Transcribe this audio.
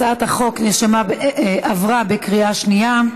הצעת החוק עברה בקריאה שנייה.